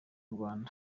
rwanda